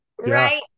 right